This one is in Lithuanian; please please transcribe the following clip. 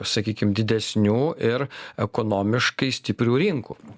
sakykim didesnių ir ekonomiškai stiprių rinkų